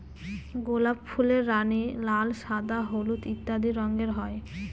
গোলাপ ফুলের রানী, লাল, সাদা, হলুদ ইত্যাদি রঙের হয়